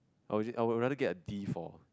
I would I would rather get a D for